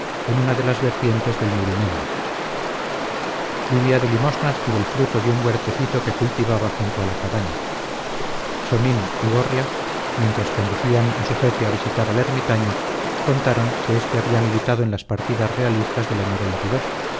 en una de las vertientes del murumendi vivía de limosnas y del fruto de un huertecito que cultivaba junto a la cabaña chomín y gorria mientras conducían a su jefe a visitar al ermitaño contaron que éste había militado en las partidas realistas del año